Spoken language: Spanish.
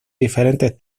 diferentes